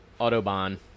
Autobahn